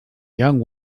young